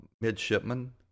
midshipman